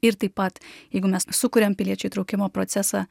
ir taip pat jeigu mes sukuriam piliečių įtraukimo procesą